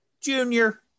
Junior